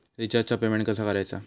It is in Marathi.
रिचार्जचा पेमेंट कसा करायचा?